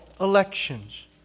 elections